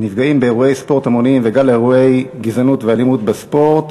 נפגעים באירועי ספורט המוניים וגל אירועי גזענות ואלימות בספורט,